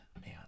man